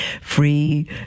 free